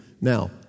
Now